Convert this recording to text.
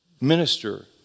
minister